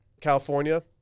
California